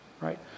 Right